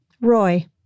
roy